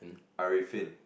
Arfin